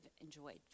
enjoyed